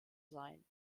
sein